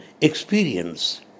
experience